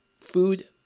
food